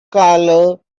colour